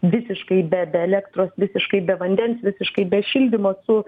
visiškai be be elektros visiškai be vandens visiškai be šildymo su